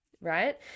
right